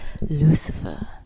Lucifer